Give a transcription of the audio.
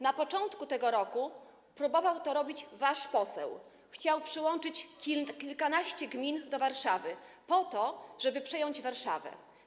Na początku tego roku próbował to robić wasz poseł, chciał przyłączyć kilkanaście gmin do Warszawy, żeby przejąć Warszawę.